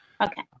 Okay